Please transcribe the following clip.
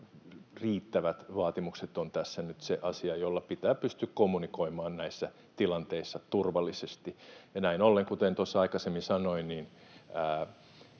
riittävät vaatimukset ovat tässä nyt se asia, jolla pitää pystyä kommunikoimaan näissä tilanteissa turvallisesti. Näin ollen, kuten aikaisemmin sanoin,